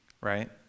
Right